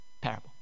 parable